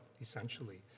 essentially